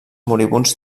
moribunds